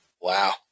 Wow